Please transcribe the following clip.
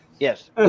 Yes